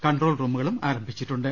control റൂമുകളും ആരംഭിച്ചിട്ടുണ്ട്